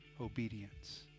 obedience